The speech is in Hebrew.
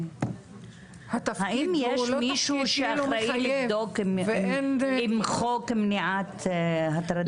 האם יש מישהו שאחראי לבדוק או למחות על הטרדה מינית?